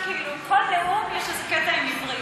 בכל נאום יש איזה קטע עם עברית,